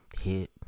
hit